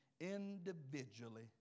individually